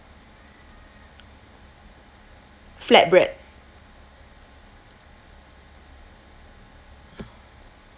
flatbread